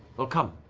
well come,